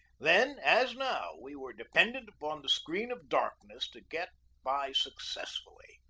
then, as now, we were dependent upon the screen of darkness to get by successfully,